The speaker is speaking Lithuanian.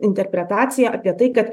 interpretacija apie tai kad